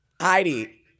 Heidi